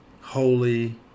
holy